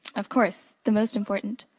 of course, the most important.